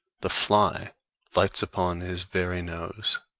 the fly lights upon his very nose.